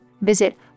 Visit